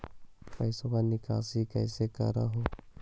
पैसवा निकासी कैसे कर हो?